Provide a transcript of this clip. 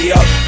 up